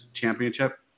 championship